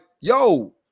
yo